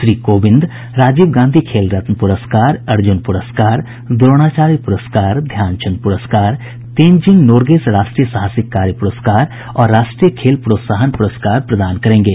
श्री कोविंद राजीव गांधी खेल रत्न पुरस्कार अर्जुन पुरस्कार द्रोणाचार्य प्रस्कार ध्यानचंद प्रस्कार तेनजिंग नोरगे राष्ट्रीय साहसिक कार्य पुरस्कार और राष्ट्रीय खेल प्रोत्साहन प्रस्कार प्रदान करेंगें